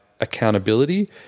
accountability